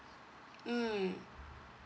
mm